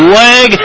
leg